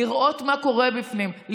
לראות מה קורה בפנים,